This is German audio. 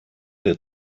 der